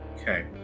Okay